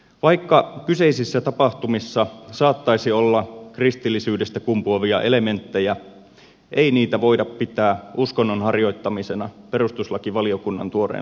vaikka kyseisissä tapahtumissa saattaisi olla kristillisyydestä kumpuavia elementtejä ei niitä voida pitää uskonnon harjoittamisena perustuslakivaliokunnan tuoreen lausuman perusteella